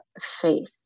faith